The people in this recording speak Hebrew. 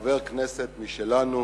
לחבר כנסת משלנו